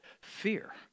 fear